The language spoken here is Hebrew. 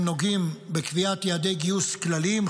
הם נוגעים בקביעת יעדי גיוס כלליים,